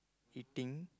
eating